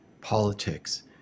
politics